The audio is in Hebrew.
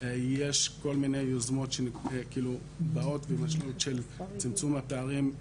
יש כל מיני יוזמות שבאות במשמעות של צמצום הפערים,